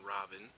Robin